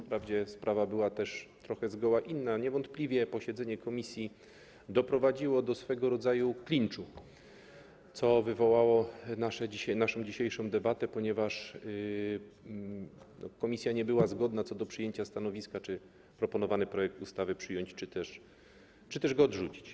Wprawdzie sprawa była też trochę zgoła inna, niewątpliwie posiedzenie komisji doprowadziło do swego rodzaju klinczu, co wywołało naszą dzisiejszą debatę, ponieważ komisja nie była zgodna co do przyjęcia stanowiska, czy proponowany projekt ustawy przyjąć, czy też go odrzucić.